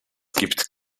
gibt